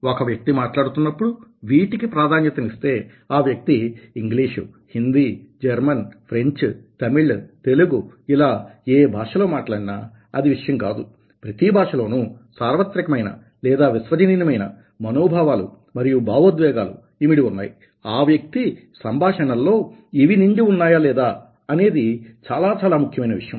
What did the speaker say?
ఒక వ్యక్తి మాట్లాడుతున్నప్పుడు వీటికి ప్రాధాన్యతనిస్తే ఆ వ్యక్తి English Hindi German French Tamil Telugu ఇలా ఏ భాషలో మాట్లాడినా అది విషయం కాదు ప్రతీ భాషలోనూ సార్వత్రికమైన లేదా విశ్వజనీనమైన మనోభావాలు మరియు భావోద్వేగాలు ఇమిడి ఉన్నాయి ఆ వ్యక్తి సంభాషణల్లో ఇవి నిండి ఉన్నాయా లేదా అనేది చాలా చాలా ముఖ్యమైన విషయం